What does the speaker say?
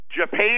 Japan